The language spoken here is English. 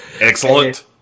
Excellent